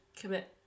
commit